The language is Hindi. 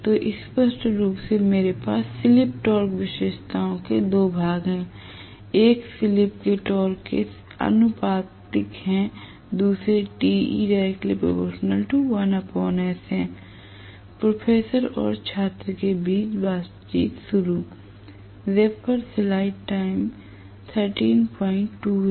तो स्पष्ट रूप से मेरे पास स्लिप टॉर्क विशेषताओं के 2 भाग हैं एक स्लिप के टॉर्क के आनुपातिक है दूसरे है l प्रोफेसर और छात्र के बीच बातचीत शुरू होती है